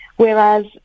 Whereas